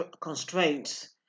constraints